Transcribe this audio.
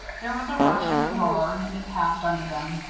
there was a rush and a roar, and it passed under them.